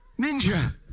Ninja